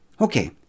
Okay